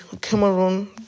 Cameroon